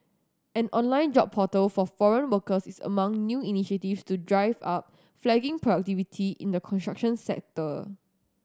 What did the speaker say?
an online job portal for foreign workers is among new initiatives to drive up flagging productivity in the construction sector